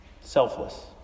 selfless